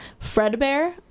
Fredbear